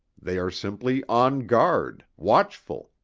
they are simply on guard, watchful,